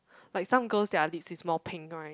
like some girls their lips is more pink right